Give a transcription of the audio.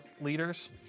leaders